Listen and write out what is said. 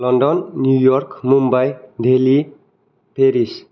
London new York Mumbai Delhi Paris